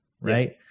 right